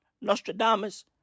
Nostradamus